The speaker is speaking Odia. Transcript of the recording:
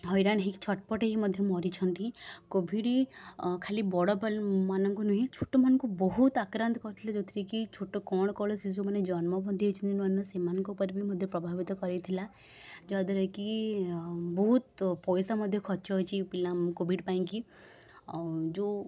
ହଇରାଣ ହେଇ ଛଟପଟ ହେଇ ମଧ୍ୟ ମରିଛନ୍ତି କୋଭିଡ଼୍ ଅଁ ଖାଲି ବଡ଼ ମାନଙ୍କୁ ନୁହେଁ ଛୋଟମାନଙ୍କୁ ବହୁତ ଆକ୍ରାନ୍ତ କରିଥିଲା ଯେଉଁଥିରେକି ଛୋଟ କଅଁଳ କଅଁଳ ଶିଶୁମାନେ ଜନ୍ମ ମଧ୍ୟ ହେଇଛନ୍ତି ନୂଆ ନୂଆ ସେଇମାନଙ୍କ ଉପରେ ମଧ୍ୟ ପ୍ରଭାବିତ କରିଥିଲା ଯାହାଦ୍ୱାରାକି ବହୁତ ପଇସା ମଧ୍ୟ ଖର୍ଚ୍ଚ ହୋଇଛି ପିଲା କୋଭିଡ଼୍ ପାଇଁକି ଆଉ ଯେଉଁ